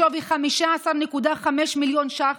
בשווי 15.5 מיליון שקלים,